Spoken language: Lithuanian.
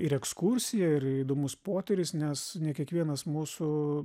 ir ekskursija ir įdomus potyris nes ne kiekvienas mūsų